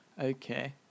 Okay